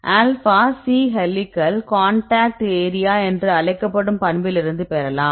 alpha C helical contact area என்று அழைக்கப்படும் பண்பிலிருந்து பெறலாம்